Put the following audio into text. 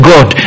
God